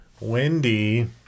Wendy